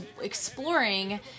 exploring